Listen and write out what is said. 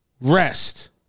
rest